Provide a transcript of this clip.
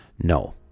no